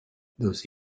those